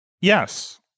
yes